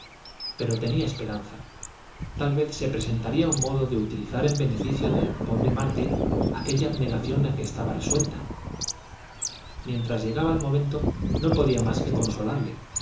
pero tenía esperanza tal vez se presentaría un modo de utilizar en beneficio del pobre mártir aquella abnegación a que estaba resuelta mientras llegaba el momento no podía más que consolarle